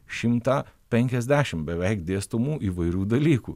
šimtą penkiasdešim beveik dėstomų įvairių dalykų